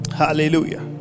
hallelujah